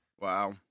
Wow